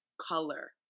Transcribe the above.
color